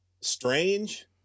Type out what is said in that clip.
strange